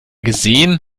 gesehen